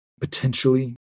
potentially